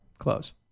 close